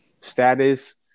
status